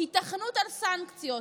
היתכנות של סנקציות,